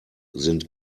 sind